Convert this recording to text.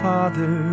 Father